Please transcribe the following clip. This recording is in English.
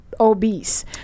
obese